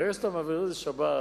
ברגע שאתה מעביר את זה לשב"ס,